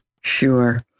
Sure